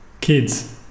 Kids